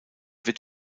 wird